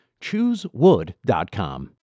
Choosewood.com